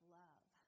love